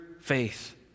faith